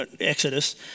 Exodus